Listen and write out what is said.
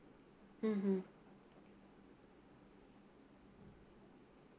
mmhmm